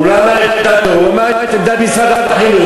הוא לא אמר את דעתו, הוא אמר את עמדת משרד החינוך.